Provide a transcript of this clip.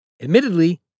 Admittedly